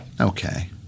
Okay